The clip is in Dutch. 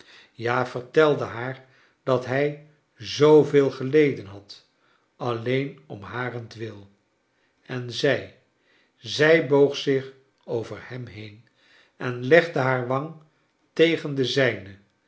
ja vertelde haar dat hij zooveel geleden had alleen om liarentwil en zij zij boog zich over hem heen en legde haar wang tegen de zijne